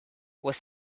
was